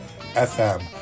FM